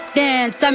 dance